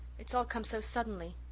it's all come so suddenly.